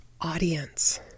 audience